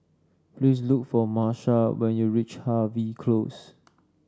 please look for Marsha when you reach Harvey Close